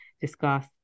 discuss